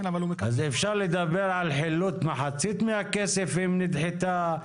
אז אפשר לדבר על חילוט מחצית מהכסף אם נדחתה.